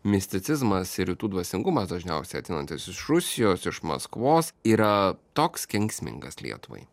misticizmas ir rytų dvasingumas dažniausiai ateinantis iš rusijos iš maskvos yra toks kenksmingas lietuvai